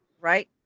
right